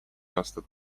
aastat